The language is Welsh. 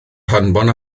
hanfon